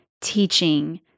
teaching